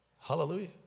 Hallelujah